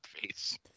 face